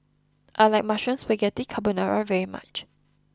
I like Mushroom Spaghetti Carbonara very much